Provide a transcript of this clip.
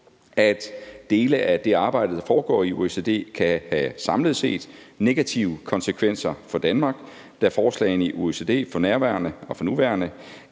at dele af det arbejde, der foregår i OECD, samlet set kan have negative konsekvenser for Danmark, da forslagene i OECD for nærværende og for nuværende